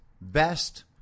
best